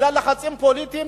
בגלל לחצים פוליטיים,